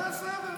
בסדר.